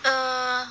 err